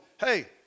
hey